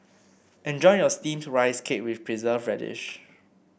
enjoy your steamed Rice Cake with preserve radish